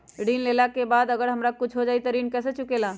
ऋण लेला के बाद अगर हमरा कुछ हो जाइ त ऋण कैसे चुकेला?